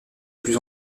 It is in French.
plus